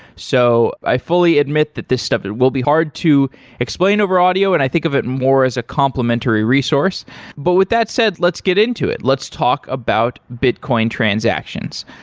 so i fully admit that this stuff will be hard to explain over audio and i think of it more as a complementary resource but with that said, let's get into it. let's talk about bitcoin transactions.